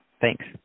Thanks